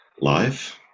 life